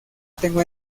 tengo